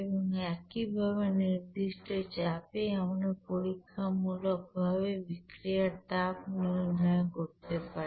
এবং একইভাবে নির্দিষ্ট চাপে আমরা পরীক্ষামূলকভাবে বিক্রিয়ার তাপ নির্ণয় করতে পারি